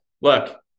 look